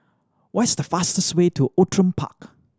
what is the fastest way to Outram Park